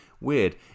Weird